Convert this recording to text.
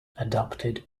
adapted